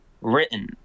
written